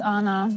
Anna